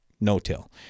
no-till